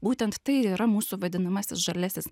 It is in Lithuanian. būtent tai yra mūsų vadinamasis žaliasis